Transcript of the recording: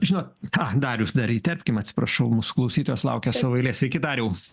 žinot ką darius dar įterpkim atsiprašau mūsų klausytojas laukia savo eilės sveiki dariau